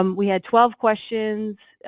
um we had twelve questions,